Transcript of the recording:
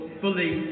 fully